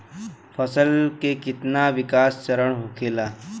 फसल के कितना विकास चरण होखेला?